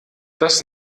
das